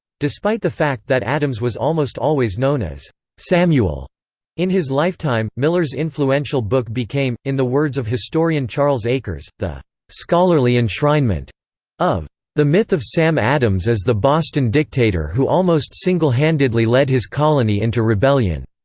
despite the fact that adams was almost always known as samuel in his lifetime miller's influential book became, in the words of historian charles akers, the scholarly enshrinement of the myth of sam adams as the boston dictator who almost single-handedly led his colony into rebellion.